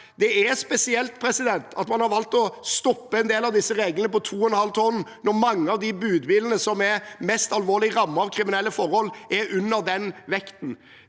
Det er spesielt at man har valgt å stoppe en del av disse reglene på 2,5 tonn, når mange av de budbilene som er mest alvorlig rammet av kriminelle forhold, er under den vekten.